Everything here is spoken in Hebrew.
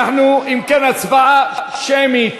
אם כן, הצבעה שמית.